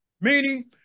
Meaning